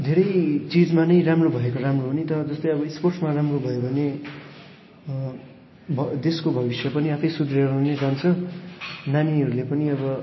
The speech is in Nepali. धेरै चिजमा नै राम्रो भएको राम्रो हो नि त जस्तै अब स्पोर्ट्समा राम्रो भयो भने देशको भविष्य पनि आफै सुध्रेर नि जान्छ नानीहरूले पनि अब